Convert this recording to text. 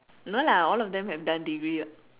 no lah all of them have done degree what